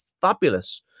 fabulous